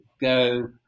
go